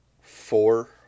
four